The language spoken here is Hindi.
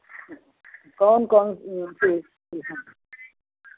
कौन कौन से